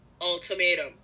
ultimatum